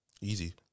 easy